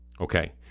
Okay